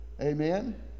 Amen